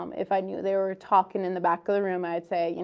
um if i knew they were talking in the back of the room, i'd say, you